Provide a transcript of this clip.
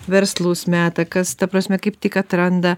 verslus meta kas ta prasme kaip tik atranda